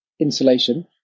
insulation